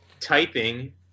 typing